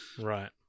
Right